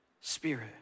Spirit